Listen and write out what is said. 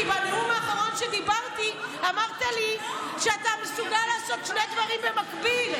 כי בנאום האחרון שנשאתי אמרת לי שאתה מסוגל לעשות שני דברים במקביל.